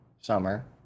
summer